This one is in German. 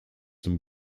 zum